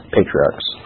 Patriarchs